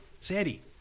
Sandy